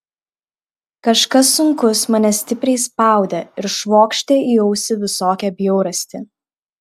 kažkas sunkus mane stipriai spaudė ir švokštė į ausį visokią bjaurastį